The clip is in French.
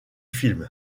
film